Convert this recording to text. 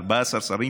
14 שרים.